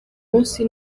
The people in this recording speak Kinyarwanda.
munsi